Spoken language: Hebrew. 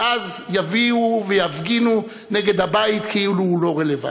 ואז יביאו ויפגינו נגד הבית כאילו הוא לא רלוונטי,